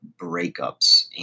breakups